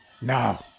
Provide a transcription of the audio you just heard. No